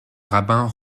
rabbin